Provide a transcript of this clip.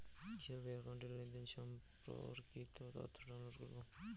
কিভাবে একাউন্টের লেনদেন সম্পর্কিত তথ্য ডাউনলোড করবো?